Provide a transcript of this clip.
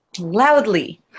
Loudly